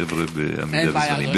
אני מחויב לשאר החבר'ה בעמידה בזמנים.